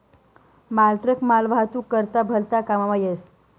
मालट्रक मालवाहतूक करता भलता काममा येस